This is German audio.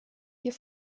hier